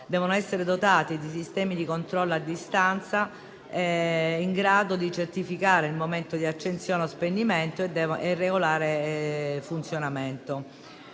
debbano essere dotati di sistemi di controllo a distanza in grado di certificare il momento di accensione e spegnimento e il regolare funzionamento.